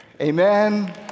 Amen